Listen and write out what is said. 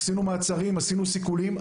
עשינו מעצרים, עשינו סיכולים.